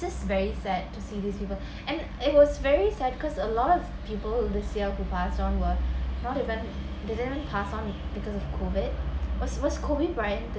just very sad to see these people and it was very sad cause a lot of people who this year passed on were they're not even they didn't pass on it because of COVID worst worst kobe bryant